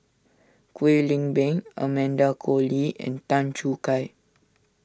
Kwek Leng Beng Amanda Koe Lee and Tan Choo Kai